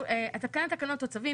"התקנת תקנות או צווים,